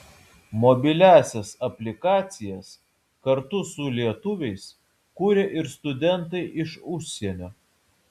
mobiliąsias aplikacijas kartu su lietuviais kuria ir studentai iš užsienio